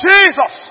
Jesus